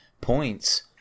points